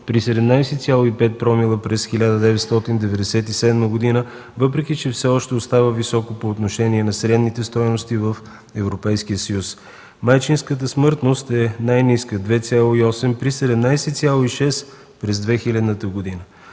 при 17,5 промила през 1997 г., въпреки че все още остава високо по отношение на средните стойности в Европейския съюз. Майчинската смъртност е най-ниска – 2,8 при 17,6 през 2000 г.